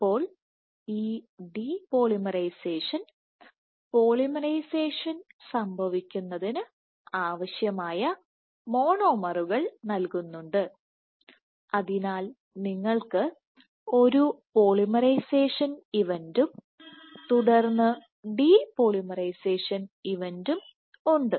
അപ്പോൾ ഈ ഡിപോളിമറൈസേഷൻ പോളിമറൈസേഷന്സംഭവിക്കുന്നതിനു ആവശ്യമായ മോണോമറുകൾ നൽകുന്നുണ്ട് അതിനാൽ നിങ്ങൾക്ക് ഒരു പോളിമറൈസേഷൻ ഇവന്റും തുടർന്ന് ഡിപോളിമറൈസേഷൻ ഇവന്റും ഉണ്ട്